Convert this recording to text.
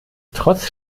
trotz